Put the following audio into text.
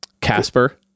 Casper